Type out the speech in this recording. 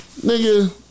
Nigga